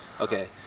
Okay